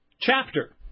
chapter